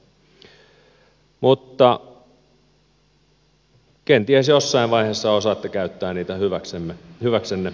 mutta kenties jossain vaiheessa osaatte käyttää niitä hyväksenne